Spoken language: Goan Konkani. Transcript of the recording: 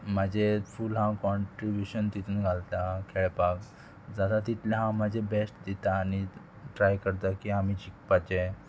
म्हाजे फूल हांव कॉन्ट्रिब्यूशन तितून घालता खेळपाक जाता तितलें हांव म्हाजें बेस्ट दिता आनी ट्राय करता की आमी शिकपाचें